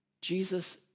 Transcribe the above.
Jesus